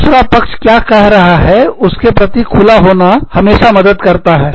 दूसरा पक्ष क्या कह रहा है उसके प्रति खुला होना हमेशा मदद करता है